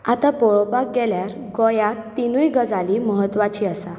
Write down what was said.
आतां पोळोवपाक गेल्यार गोंयात तिनूय गजाली म्हत्वाची आसा